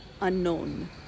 unknown